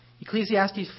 Ecclesiastes